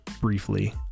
briefly